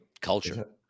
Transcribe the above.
Culture